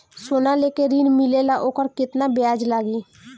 सोना लेके ऋण मिलेला वोकर केतना ब्याज लागी?